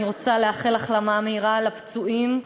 אני רוצה לאחל החלמה מהירה לפצועים,